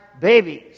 babies